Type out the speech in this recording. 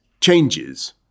changes